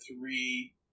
three